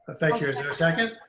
ah thank you. is there a second?